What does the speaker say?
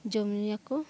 ᱡᱚᱢ ᱧᱩᱭᱟᱠᱚ